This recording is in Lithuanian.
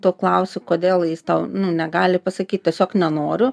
to klausiu kodėl jis tau nu negali pasakyt tiesiog nenoriu